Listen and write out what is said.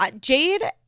Jade